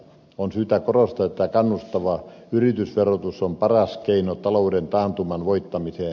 on syytä korostaa että kannustava yritysverotus on paras keino talouden taantuman voittamiseen